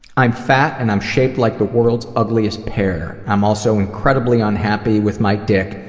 i'm fat and i'm shaped like the world's ugliest pear. i'm also incredibly unhappy with my dick,